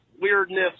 weirdness